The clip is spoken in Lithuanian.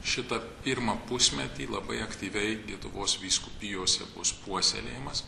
šitą pirmą pusmetį labai aktyviai lietuvos vyskupijose bus puoselėjamas